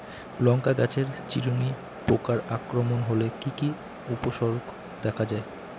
লঙ্কা গাছের চিরুনি পোকার আক্রমণ হলে কি কি উপসর্গ দেখা যায়?